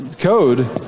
code